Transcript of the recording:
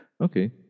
Okay